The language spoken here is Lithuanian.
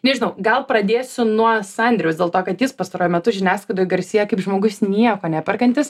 nežinau gal pradėsiu nuo sandrius dėl to kad jis pastaruoju metu žiniasklaidoje garsėja kaip žmogus nieko neperkantis